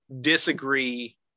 disagree